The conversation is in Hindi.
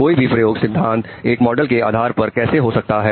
कोई भी प्रयोग सिद्धांत एक मॉडल के आधार पर कैसे हो सकता है